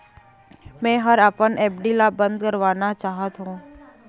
मै ह अपन एफ.डी ला अब बंद करवाना चाहथों